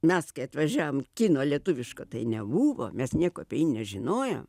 mes kai atvažiavom kino lietuviško tai nebuvo mes nieko apie jį nežinoję